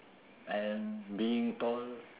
and being tall